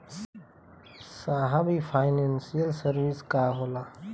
साहब इ financial service का होला?